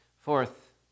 Fourth